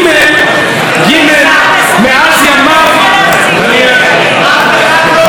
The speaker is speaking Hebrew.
מאז ימיו, אמסלם מסמן לך שאתה יכול להפסיק לדבר.